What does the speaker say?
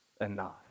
enough